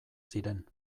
ziren